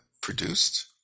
produced